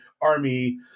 Army